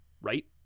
right